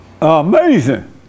Amazing